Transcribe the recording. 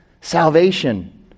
salvation